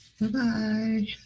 Bye-bye